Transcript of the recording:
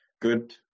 good